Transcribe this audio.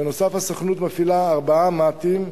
בנוסף, הסוכנות מפעילה ארבעה מ"טים,